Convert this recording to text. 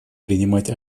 принимать